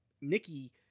Nikki